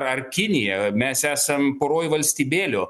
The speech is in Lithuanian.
ar kinija mes esam poroj valstybėlių